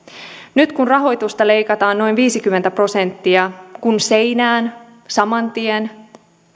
nyt kun rahoitusta leikataan noin viisikymmentä prosenttia kuin seinään saman tien